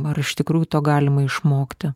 ar iš tikrųjų to galima išmokti